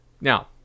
now